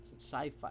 sci-fi